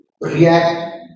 react